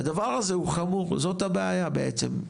והדבר הזה הוא חמור, זאת הבעיה בעצם.